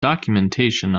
documentation